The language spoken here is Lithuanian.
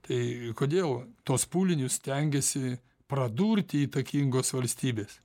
tai kodėl tuos pūlinius stengiasi pradurti įtakingos valstybės